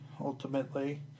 ultimately